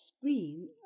screen